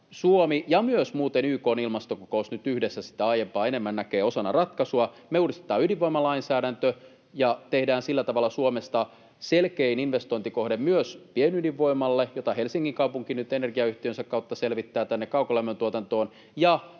Suomi ja myös muuten YK:n ilmastokokous nyt yhdessä sitä aiempaa enemmän näkevät osana ratkaisua. Me uudistetaan ydinvoimalainsäädäntö ja tehdään sillä tavalla Suomesta selkein investointikohde myös pienydinvoimalle, jota Helsingin kaupunki nyt energiayhtiönsä kautta selvittää tänne kaukolämmön tuotantoon,